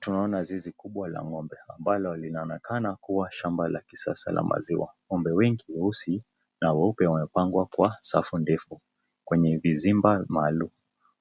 Twaona zizi kubwa la ng'ombe ambalo linaonekana kuwa shamba la kisasa la maziwa, ng'ombe wengi weusi na weupe wanapangwa kwa safu ndefu kwenye vizimba maalum